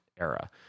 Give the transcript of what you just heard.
era